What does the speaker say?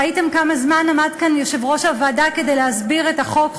ראיתם כמה זמן עמד כאן יושב-ראש הוועדה כדי להסביר את החוק,